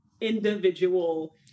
individual